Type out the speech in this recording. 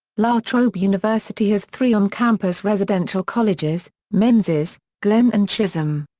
la trobe university has three on-campus residential colleges menzies, glenn and chisholm.